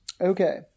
Okay